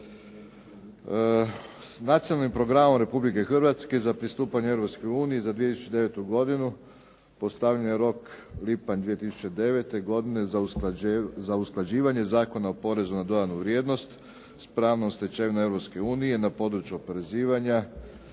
Nacionalnim programom Republike Hrvatske za pristupanje Europskoj uniji za 2009. godinu postavljen je rok lipanj 2009. godine za usklađivanja Zakona o porezu na dodanu vrijednost s pravnom stečevinom Europske unije na području oporezivanja